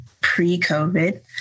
pre-COVID